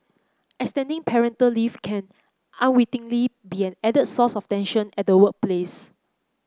extending parental leave can unwittingly be an added source of tension at the workplace